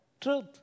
Truth